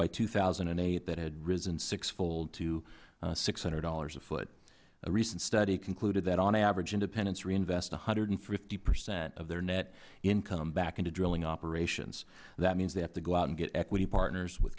by two thousand and eight that had risen sixfold to six hundred dollars a foot a recent study concluded that on average independents reinvest one hundred and fifty percent of their net income back into drilling operations that means they have to go out and get equity partners